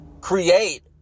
create